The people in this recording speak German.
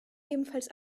ebenfalls